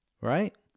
Right